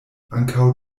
ankaŭ